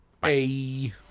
Bye